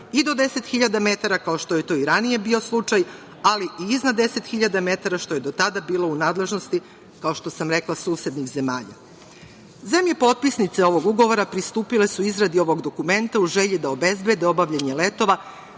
i do 10.000 metara, kao što je to i ranije bio slučaj, ali i iznad 10.000 metara što je do tada bilo u nadležnosti, kao što sam rekla susednih zemalja. Zemlje potpisnice ovog ugovora pristupile su izradi ovog dokumenta u želji da obezbede obavljanje letova